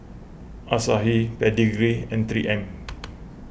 Asahi Pedigree and three M